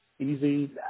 easy